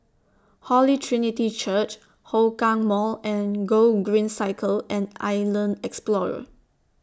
Holy Trinity Church Hougang Mall and Gogreen Cycle and Island Explorer